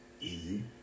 easy